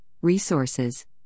resources